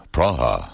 Praha